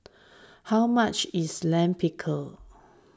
how much is Lime Pickle